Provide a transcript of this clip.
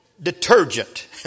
detergent